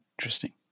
Interesting